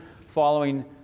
Following